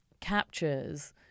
captures